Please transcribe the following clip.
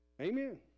Amen